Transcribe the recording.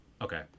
Okay